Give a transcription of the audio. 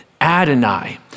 Adonai